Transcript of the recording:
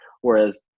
Whereas